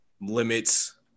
limits